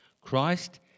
Christ